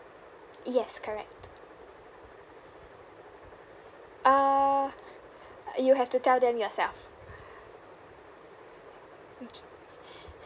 yes correct uh you have to tell them yourself okay